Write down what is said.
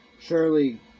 Surely